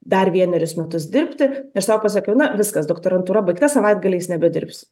dar vienerius metus dirbti aš sau pasakiau na viskas doktorantūra baigta savaitgaliais nebedirbsiu